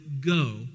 go